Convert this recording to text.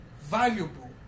valuable